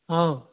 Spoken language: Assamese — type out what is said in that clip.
অ